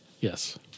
Yes